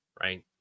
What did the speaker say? right